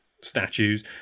statues